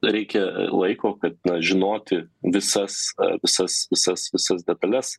reikia laiko kad na žinoti visas visas visas visas detales